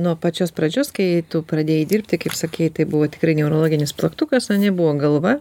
nuo pačios pradžios kai tu pradėjai dirbti kaip sakei tai buvo tikrai neurologinis plaktukas ane buvo galva